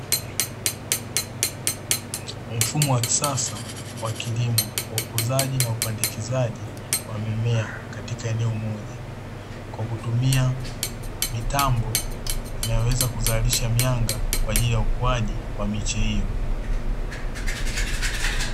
Mfumo wa kisasa wa kilimo wa ukuzaji na upandikizaji wa mimea katika eneo moja, kwa kutumia mitambo inayoweza kuzalisha mianga kwa ajili ya ukuaji wa miche hiyo.